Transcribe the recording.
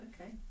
Okay